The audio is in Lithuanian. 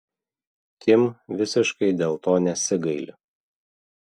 kim visiškai dėl to nesigaili